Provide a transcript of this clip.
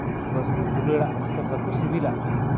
ᱵᱟᱠᱚ ᱫᱩᱞᱟᱹᱲᱟᱜ ᱠᱟᱱᱟ ᱥᱮ ᱵᱟᱠᱚ ᱥᱤᱵᱤᱞᱟᱜ ᱠᱟᱱᱟ